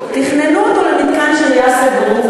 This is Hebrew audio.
תכננו אותו למתקן שהייה סגור,